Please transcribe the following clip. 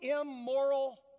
immoral